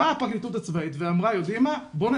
באה